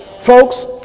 Folks